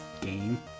game